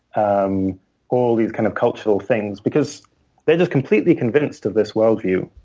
um all these kind of cultural things. because they're just completely convinced of this worldview.